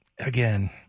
again